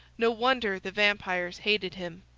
no wonder the vampires hated him!